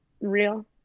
real